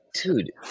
Dude